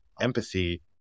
empathy